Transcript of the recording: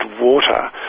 water